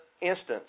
instance